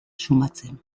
sumatzen